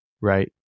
right